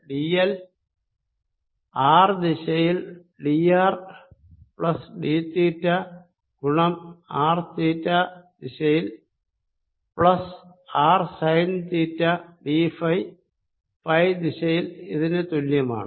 എന്നിക്കു കിട്ടുന്ന line element D L R ദിശയിൽ D R plus D theta ഗുണം R theta ദിശയിൽ plus R sine theta D phi phi ദിശയിൽ ഇതിന് തുല്യമാണ്